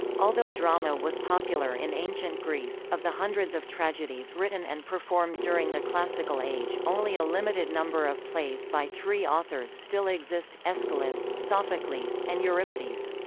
although drama was popular in ancient greece, of the hundreds of tragedies written and performed during the classical age, only a limited number of plays by three authors still exist aeschylus, sophocles, and euripides.